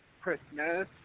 Christmas